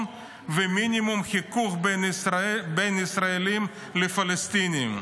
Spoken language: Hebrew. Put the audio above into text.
וליצור מינימום חיכוך בין ישראלים ופלסטינים".